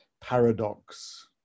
paradox